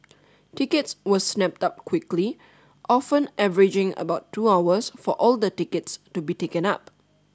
tickets were snapped up quickly often averaging about two hours for all the tickets to be taken up